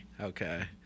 Okay